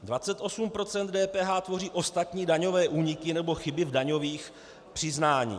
28 % DPH tvoří ostatní daňové úniky nebo chyby v daňových přiznání.